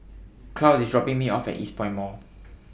Claude IS dropping Me off At Eastpoint Mall